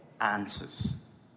answers